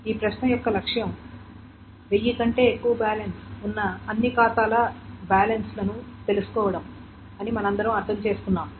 ఈ ప్రశ్న యొక్క లక్ష్యం బ్యాలెన్స్ 1000 ఉన్న అన్ని ఖాతాల బ్యాలెన్స్ తెలుసుకోవడం అని మనమందరం అర్థం చేసుకున్నాము